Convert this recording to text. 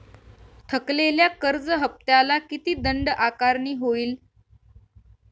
थकलेल्या कर्ज हफ्त्याला किती दंड आकारणी होईल?